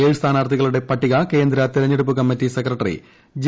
ഏഴ് സ്ഥാനാർത്ഥികളുടെ പട്ടിക കേന്ദ്ര തെരഞ്ഞെടുപ്പ് കമ്മിറ്റി സെക്രട്ടറി ജെ